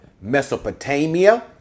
Mesopotamia